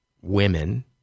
women